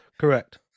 Correct